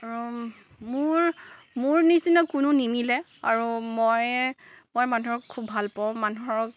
আৰু মোৰ মোৰ নিচিনা কোনো নিমিলে আৰু মই মই মানুহক খুব ভালপাওঁ মানুহক